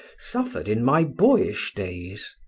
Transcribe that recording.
suffered in my boyish days.